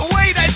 Wait